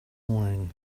morning